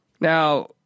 Now